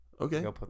Okay